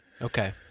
Okay